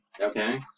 Okay